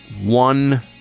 one